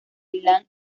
milán